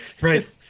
Right